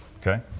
Okay